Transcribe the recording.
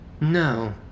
No